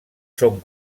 són